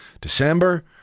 December